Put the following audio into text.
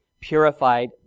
purified